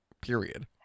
period